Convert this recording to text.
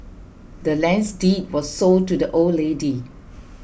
the lands deed was sold to the old lady